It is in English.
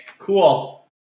Cool